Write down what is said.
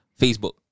Facebook